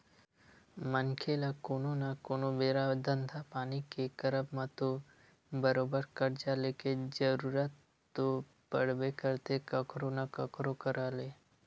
मनखे ल कोनो न कोनो बेरा धंधा पानी के करब म तो बरोबर करजा लेके जरुरत तो पड़बे करथे कखरो न कखरो करा ले